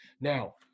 now